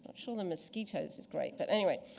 not sure the mosquitoes is great, but anyway,